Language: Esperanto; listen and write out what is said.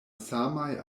samaj